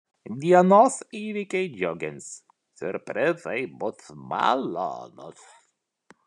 dienos įvykiai džiugins siurprizai bus malonūs